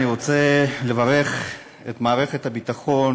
אני רוצה לברך את מערכת הביטחון